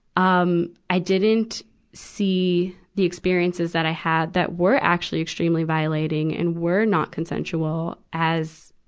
um i didn't see the experiences that i had that were actually extremely violating and were not consensual as,